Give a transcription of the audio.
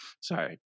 sorry